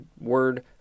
word